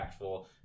impactful